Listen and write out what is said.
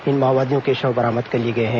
इन माओवादियों के शव बरामद कर लिए गए हैं